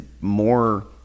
more